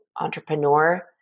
entrepreneur